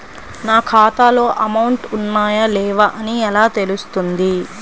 నా ఖాతాలో అమౌంట్ ఉన్నాయా లేవా అని ఎలా తెలుస్తుంది?